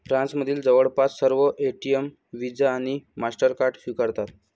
फ्रान्समधील जवळपास सर्व एटीएम व्हिसा आणि मास्टरकार्ड स्वीकारतात